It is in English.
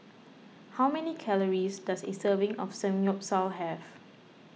how many calories does a serving of Samgyeopsal have